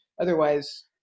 otherwise